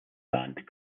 band